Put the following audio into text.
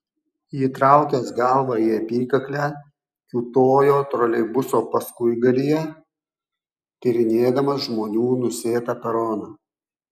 įtraukęs galvą į apykaklę kiūtojo troleibuso paskuigalyje tyrinėdamas žmonių nusėtą peroną